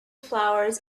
flowers